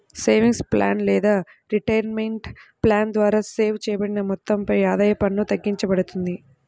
savings plan లేదా retirement plan ద్వారా save చేయబడిన మొత్తంపై ఆదాయ పన్ను తగ్గింపబడుతుంది